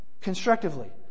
constructively